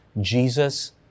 Jesus